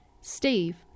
Steve